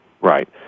Right